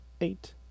Eight